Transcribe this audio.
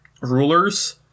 rulers